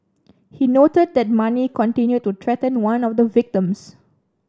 he noted that Mani continued to threaten one of the victims